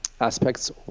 aspects